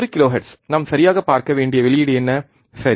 ஒரு கிலோஹெர்ட்ஸ் நாம் சரியாகப் பார்க்க வேண்டிய வெளியீடு என்ன சரி